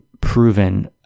proven